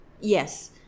yes